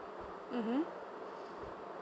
mmhmm